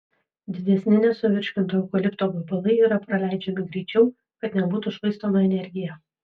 didesni nesuvirškinto eukalipto gabalai yra praleidžiami greičiau kad nebūtų švaistoma energija